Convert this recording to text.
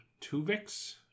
Tuvix